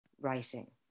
writing